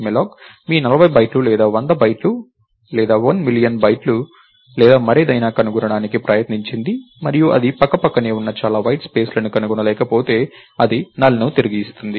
Malloc మీ 40 బైట్లు లేదా 100 బైట్లు లేదా 1 మిలియన్ బైట్లు లేదా మరేదైనా కనుగొనడానికి ప్రయత్నించింది మరియు అది పక్క పక్కనే ఉన్న చాలా బైట్ల స్పేస్ ని కనుగొనలేకపోతే అది NULL ని తిరిగి ఇస్తుంది